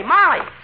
Molly